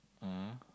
(uh huh)